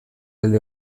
alde